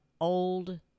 old